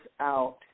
out